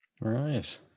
Right